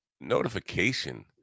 notification